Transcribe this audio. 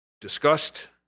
discussed